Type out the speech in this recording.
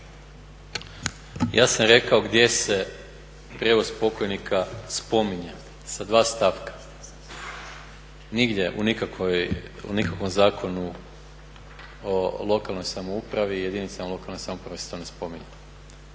Ja sam rekao gdje se prijevoz pokojnika spominje sa dva stavka. Nigdje u nikakvom Zakonu o lokalnoj samoupravi i jedinicama lokalne samouprave se to ne spominje.